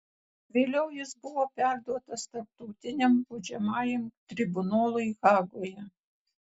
vėliau jis buvo perduotas tarptautiniam baudžiamajam tribunolui hagoje